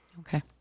okay